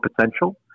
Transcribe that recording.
potential